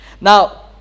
Now